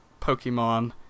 Pokemon